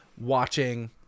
watching